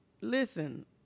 Listen